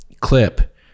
clip